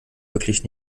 wirklich